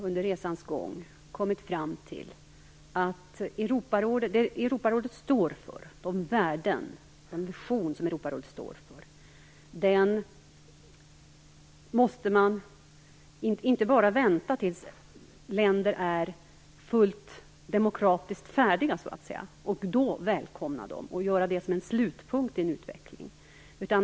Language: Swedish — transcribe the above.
Under resans gång har man kommit fram till de värden och den vision som Europarådet står för. Man kan inte bara vänta tills länder är fullt demokratiskt färdiga och då välkomna dem och göra det till en slutpunkt i en utveckling.